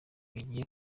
bigiye